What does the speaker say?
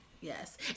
Yes